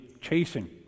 chasing